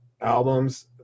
Albums